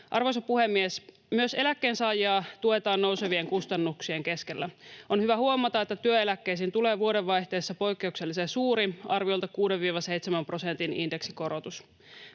Arvoisa puhemies! Myös eläkkeensaajia tuetaan nousevien kustannuksien keskellä. On hyvä huomata, että työeläkkeisiin tulee vuodenvaihteessa poikkeuksellisen suuri, arviolta 6–7 prosentin indeksikorotus.